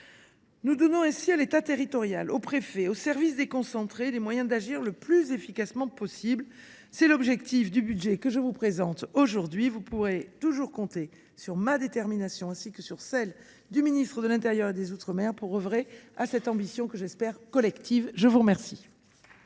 Nous donnons ainsi à l’État territorial, aux préfets et aux services déconcentrés les moyens d’agir le plus efficacement possible : tel est l’objectif du budget que je vous présente aujourd’hui. Vous pourrez toujours compter sur ma détermination, ainsi que sur celle du ministre de l’intérieur et des outre mer, pour œuvrer à cette ambition que j’espère collective. Nous allons